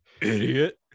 idiot